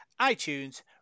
iTunes